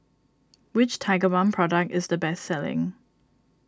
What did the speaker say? which Tigerbalm product is the best selling